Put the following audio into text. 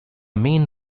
main